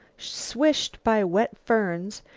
swished by wet ferns,